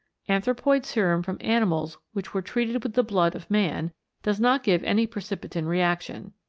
anthropoid serum from animals which were treated with the blood of man does not give any precipitin reaction.